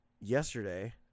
yesterday